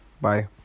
Bye